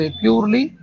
purely